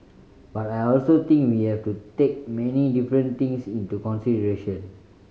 but I also think we have to take many different things into consideration